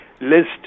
list